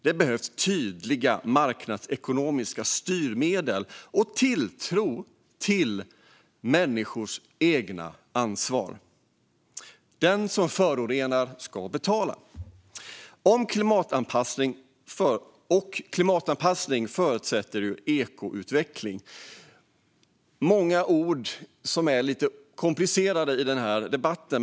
Det behövs tydliga marknadsekonomiska styrmedel och tilltro till människors eget ansvar. Den som förorenar ska betala. Klimatanpassning förutsätter ekoutveckling. Det är många ord som är lite komplicerade i den här debatten.